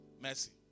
Mercy